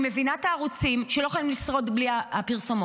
אני מבינה את הערוצים שלא יכולים לשרוד בלי הפרסומות,